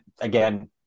Again